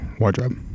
wardrobe